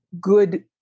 good